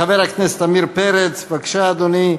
חבר הכנסת עמיר פרץ, בבקשה, אדוני,